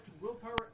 willpower